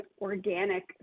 organic